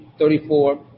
34